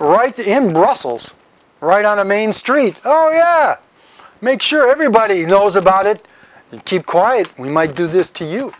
right in brussels right on a main street oh yeah make sure everybody knows about it you keep quiet we might do this to you